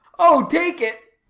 oh, take it